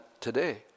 today